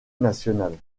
nationale